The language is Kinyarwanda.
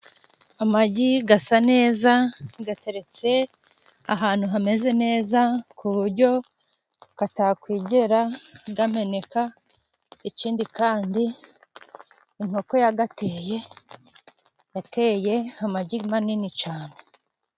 Amagi asa neza, ateretse ahantu hameze neza ku buryo atakwigera ameneka. Ikindi kandi, inkoko yayateye yateye amagi manini cyane.